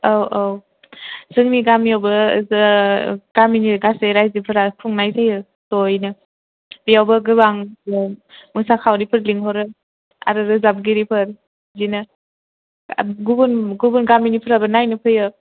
औ औ जोंनि गामियावबो गामिनि गासै राइजोफोरा खुंनाय जायो ज'यैनो बेयावबो गोबां मोसाखावरिफोर लिंहरो आरो रोजाबगिरिफोर बिदिनो आरो गुबुन गुबुन गामिनिफ्राबो नायनो फैयो